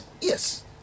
Yes